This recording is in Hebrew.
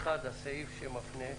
האחד הוא הסעיף, שמפנה,